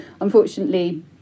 unfortunately